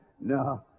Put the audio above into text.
no